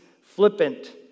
flippant